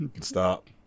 stop